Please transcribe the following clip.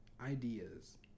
ideas